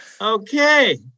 okay